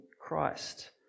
Christ